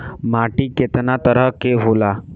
माटी केतना तरह के होला?